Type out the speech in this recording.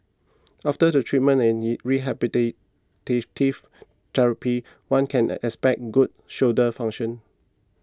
after the treatment and in rehabilitative therapy one can expect good shoulder function